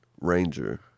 Ranger